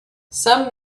some